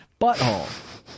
butthole